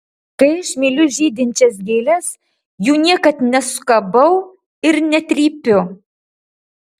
kai aš myliu žydinčias gėles jų niekad neskabau ir netrypiu